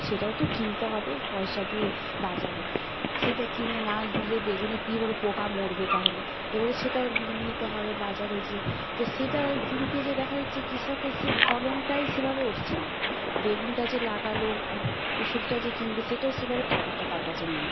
সেটাও তো কিনতে হবে পয়সা দিয়ে বাজারে সেটা কিনে না দিলে বেগুনে কি করে পোকা মরবে তাহলে এবারে সেটাও নিতে হবে বাজারে যেয়ে তো সেটা কিনতে যেয়ে দেখা যাচ্ছে কৃষকের সেই ফলনটাই সেভাবে উঠছে না বেগুনটা যে লাগালো ওষুধটা যে কিনবে সেটাও সেভাবে টাকাটা তার কাছে নেই